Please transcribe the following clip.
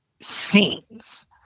scenes